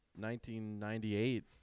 1998